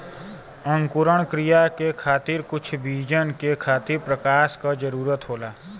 अंकुरण क्रिया के खातिर कुछ बीजन के खातिर प्रकाश क जरूरत होला